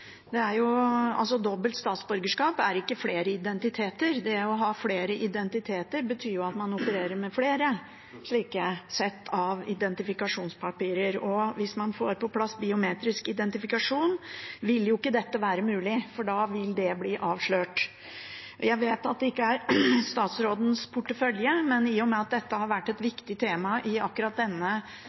identiteter betyr jo at man opererer med flere sett av identifikasjonspapirer. Hvis man får på plass biometrisk identifikasjon, vil ikke dette være mulig, for da vil det bli avslørt. Jeg vet at det ikke er i statsrådens portefølje, men i og med at dette har vært et viktig tema i akkurat denne